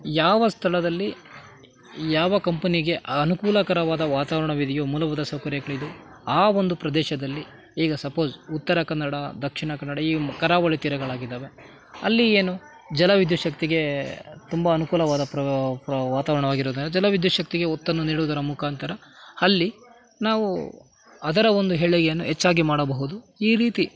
ಯಾವ ಸ್ಥಳದಲ್ಲಿ ಯಾವ ಕಂಪನಿಗೆ ಅನೂಕೂಲಕರವಾದ ವಾತಾವರಣವಿದೆಯೋ ಮೂಲಭೂತ ಸೌಕರ್ಯಗಳಿದೆ ಆ ಒಂದು ಪ್ರದೇಶದಲ್ಲಿ ಈಗ ಸಪೋಸ್ ಉತ್ತರ ಕನ್ನಡ ದಕ್ಷಿಣ ಕನ್ನಡ ಈ ಕರಾವಳಿ ತೀರಗಳಾಗಿದ್ದಾವೆ ಅಲ್ಲಿ ಏನು ಜಲ ವಿದ್ಯುತ್ ಶಕ್ತಿಗೆ ತುಂಬ ಅನುಕೂಲವಾದ ಪ್ರ ಪ್ರ ವಾತಾವರಣವಾಗಿರೋದ್ರಿಂದ ಜಲ ವಿದ್ಯುತ್ ಶಕ್ತಿಗೆ ಒತ್ತನ್ನು ನೀಡುವುದರ ಮುಖಾಂತರ ಅಲ್ಲಿ ನಾವು ಅದರ ಒಂದು ಏಳಿಗೆಯನ್ನು ಹೆಚ್ಚಾಗಿ ಮಾಡಬಹುದು ಈ ರೀತಿ